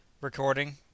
Recording